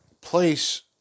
place